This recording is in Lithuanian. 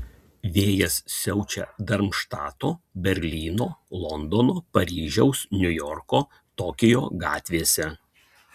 vėjas siaučia darmštato berlyno londono paryžiaus niujorko tokijo gatvėse